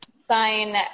sign